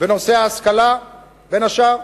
בנושא ההשכלה בין השאר,